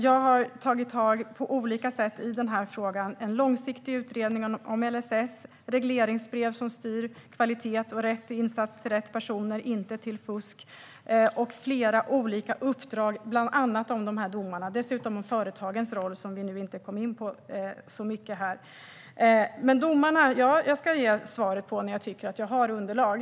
Jag har på olika sätt tagit tag i den här frågan: en långsiktig utredning om LSS, regleringsbrev som styr kvalitet, rätt insats till rätt personer - inte till fusk - och flera olika uppdrag, bland annat om domarna och om företagens roll, som vi inte kom in så mycket på här. Detta med domarna ska jag ge svar på när jag tycker att jag har underlag.